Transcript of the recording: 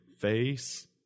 face